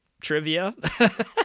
trivia